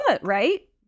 right